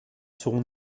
seront